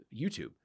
YouTube